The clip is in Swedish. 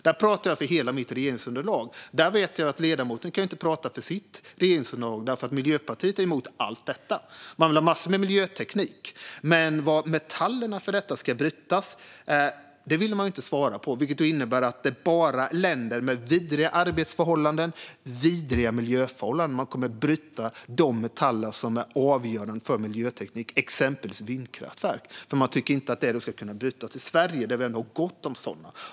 Här pratar jag för hela mitt regeringsunderlag. Men jag vet att ledamoten inte kan prata för sitt regeringsunderlag eftersom Miljöpartiet är emot allt detta. De vill ha massor av miljöteknik, men var metallerna för detta ska brytas vill de inte svara på, vilket innebär att det bara är i länder med vidriga arbets och miljöförhållanden som det kommer att brytas de metaller som är avgörande för miljöteknik, exempelvis vindkraftverk. Miljöpartiet tycker inte att de ska brytas i Sverige, fast vi har gott om sådana.